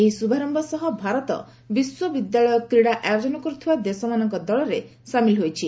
ଏହି ଶୁଭାରମ୍ଭ ସହ ଭାରତ ବିଶ୍ୱବିଦ୍ୟାଳୟ କ୍ରୀଡ଼ା ଆୟୋଜନ କରୁଥିବା ଦେଶମାନଙ୍କ ଦଳରେ ସାମିଲ ହୋଇଛି